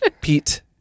Pete